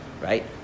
Right